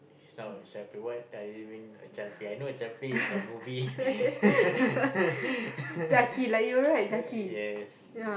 you sound like child play what does it mean a child play I know child play is a movie uh yes